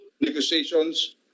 negotiations